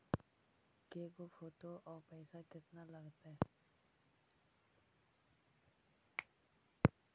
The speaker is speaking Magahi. के गो फोटो औ पैसा केतना लगतै?